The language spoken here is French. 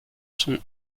sont